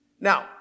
Now